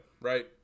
right